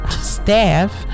staff